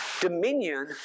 dominion